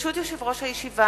ברשות יושב-ראש הישיבה,